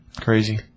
Crazy